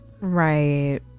Right